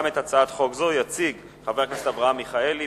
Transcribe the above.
גם את הצעת החוק הזאת יציג חבר הכנסת אברהם מיכאלי,